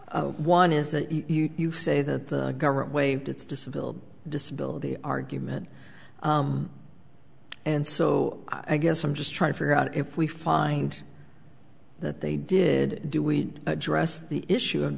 one is that you say that the government waived its disability disability argument and so i guess i'm just trying to figure out if we find that they did do we address the issue of